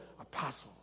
Apostles